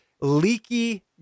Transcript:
leaky